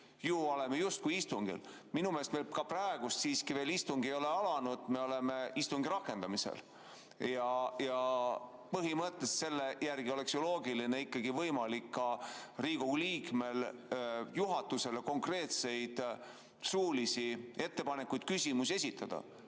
oleme justkui istungil. Minu meelest meil praegu siiski veel istung ei ole alanud, me oleme alles istungi rakendamise juures. Põhimõtteliselt selle järgi oleks ju loogiline ja ikkagi võimalik Riigikogu liikmel juhatusele ka konkreetseid suulisi ettepanekuid-küsimusi esitada.